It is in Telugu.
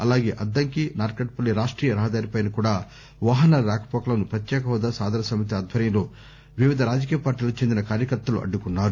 అలాగే అద్దంకి నార్కట్ పల్లి రాష్టీయ రహదారిపై కూడా వాహనాల రాకపోకలను పత్యేక హెూదా సాధనా సమితి ఆధ్వర్యంలో వివిధ రాజకీయ పార్టీలకు చెందిన కార్యకర్తలు అడ్డుకున్నారు